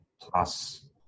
plus